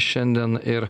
šiandien ir